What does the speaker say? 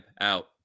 Out